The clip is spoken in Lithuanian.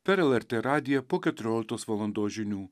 per lrt radiją po keturioliktos valandos žinių